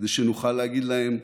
כדי שנוכל להגיד להם: